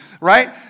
Right